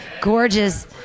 gorgeous